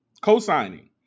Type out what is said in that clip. co-signing